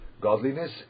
godliness